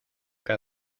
que